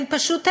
הם פשוט האמינו,